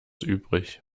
übrig